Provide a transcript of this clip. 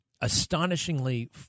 astonishingly